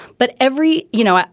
but every, you know,